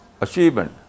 achievement